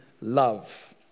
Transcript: love